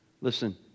Listen